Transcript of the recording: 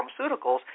pharmaceuticals